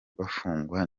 bafungwa